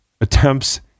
attempts